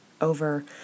over